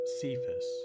Cephas